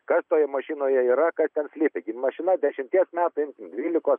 kas toje mašinoje yra kas ten slypi gi mašina dešimties metų dvylikos